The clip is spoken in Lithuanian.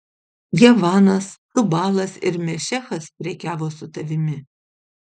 javanas tubalas ir mešechas prekiavo su tavimi